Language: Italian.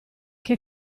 che